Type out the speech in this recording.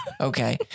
Okay